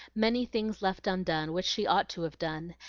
many things left undone which she ought to have done,